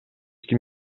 ким